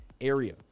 area